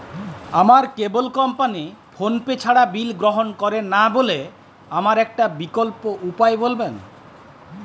আমার cable company PhonePe ছাড়া bill গ্রহণ করে না বলে আমার একটা বিকল্প উপায় বলবেন?